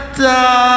die